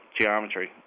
geometry